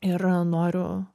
ir noriu